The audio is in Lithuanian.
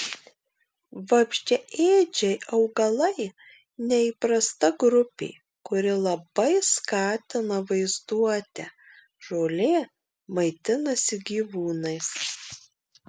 vabzdžiaėdžiai augalai neįprasta grupė kuri labai skatina vaizduotę žolė maitinasi gyvūnais